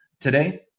Today